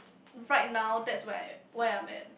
right now that's where I am where I'm at